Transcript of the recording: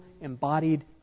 embodied